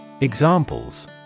Examples